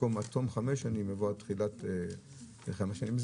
במקום עד תום חמש שנים יבוא עד תחילת חמש שנים.